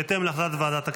בהתאם להחלטת ועדת הכנסת,